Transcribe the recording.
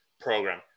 program